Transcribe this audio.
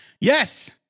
Yes